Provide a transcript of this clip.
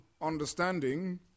understanding